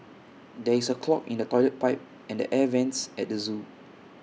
there is A clog in the Toilet Pipe and the air Vents at the Zoo